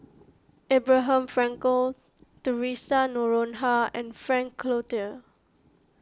Abraham Frankel theresa Noronha and Frank Cloutier